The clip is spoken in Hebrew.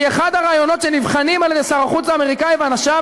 כי אחד הרעיונות שנבחנים על-ידי שר החוץ האמריקני ואנשיו,